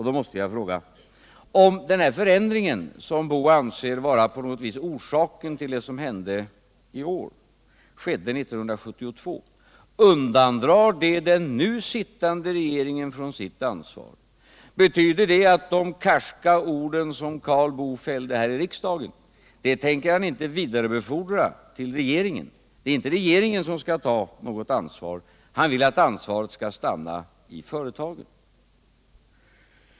Då måste jag fråga: Om den här förändringen, som herr Boo anser vara på något vis orsaken till det som hände i år, skedde 1972, undandrar det den nu sittande regeringen från dess ansvar? Betyder det att Karl Boo inte tänker vidarebefordra till regeringen de karska ord som han fällt här i riksdagen? Det är tydligen inte regeringen som skall ta något ansvar. Han vill att ansvaret skall stanna i företagen.